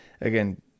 Again